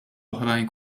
oħrajn